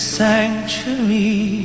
sanctuary